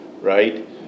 right